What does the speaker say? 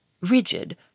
rigid